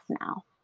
now